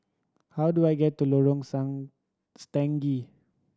how do I get to Lorong Song Stangee